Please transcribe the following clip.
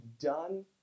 done